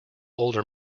older